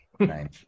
name